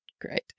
Great